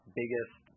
biggest